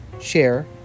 share